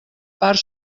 part